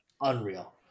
Unreal